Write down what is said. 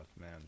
man